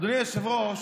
אדוני היושב-ראש,